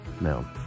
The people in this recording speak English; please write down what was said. No